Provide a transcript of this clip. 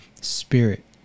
Spirit